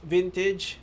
Vintage